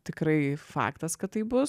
tikrai faktas kad taip bus